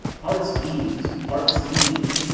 heart's ease heart's ease!